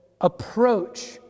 approach